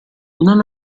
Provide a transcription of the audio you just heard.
non